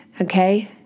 okay